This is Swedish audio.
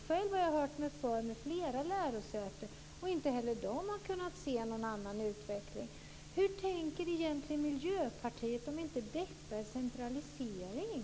Själv har jag hört mig för med flera lärosäten, och inte heller de har kunnat se någon annan utveckling. Hur tänker egentligen Miljöpartiet, om inte detta är centralisering?